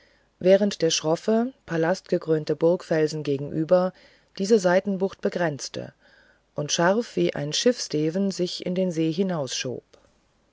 während der schroffe palastgekrönte burgfelsen gegenüber diese seitenbucht begrenzte und scharf wie ein schiffssteven sich in den see